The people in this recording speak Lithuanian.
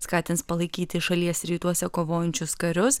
skatins palaikyti šalies rytuose kovojančius karius